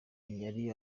ntiyari